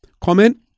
comment